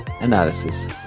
analysis